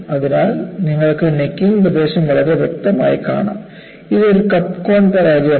അതിനാൽ നിങ്ങൾക്ക് നെക്കിങ് പ്രദേശം വളരെ വ്യക്തമായി കാണാം ഇത് ഒരു കപ്പ് കോൺ പരാജയമാണ്